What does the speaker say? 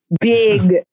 big